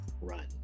run